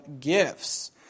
gifts